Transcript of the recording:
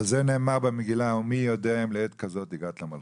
על זה נאמר במגילה: ומי יודע אם לעת כזאת הגעת למלכות.